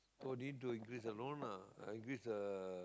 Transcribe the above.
so need to increase the loan lah increase the